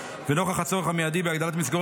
ולנוכח הצורך המיידי בהגדלת מסגרת